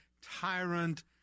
tyrant